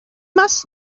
must